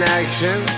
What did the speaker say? action